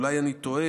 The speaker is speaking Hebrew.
אולי אני טועה,